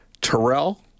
Terrell